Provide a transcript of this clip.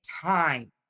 time